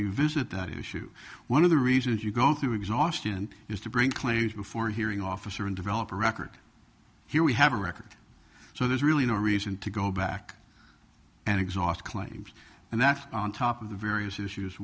revisit that issue one of the reasons you go through exhaustion is to bring claims before hearing officer and developer record here we have a record so there's really no reason to go back and exhaust claims and that's on top of the various issues